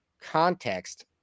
context